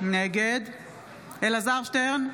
נגד אלעזר שטרן,